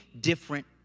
different